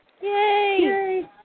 Yay